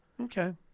Okay